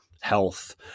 health